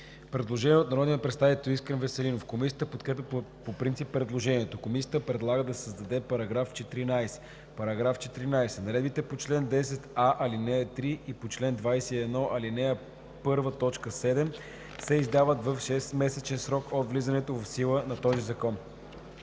предложение от народния представител Искрен Веселинов. Комисията подкрепя по принцип предложението. Комисията предлага да се създаде § 14: „§ 14. Наредбите по чл. 10а, ал. 3 и по чл. 21, ал. 1, т. 7 се издават в 6-месечен срок от влизането в сила на този закон.“